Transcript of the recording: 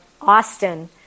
Austin